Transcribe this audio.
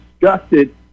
disgusted